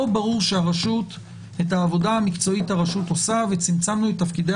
פה ברור שהרשות את העבודה המקצועית עושה וצמצמנו את תפקידי